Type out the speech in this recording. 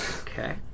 Okay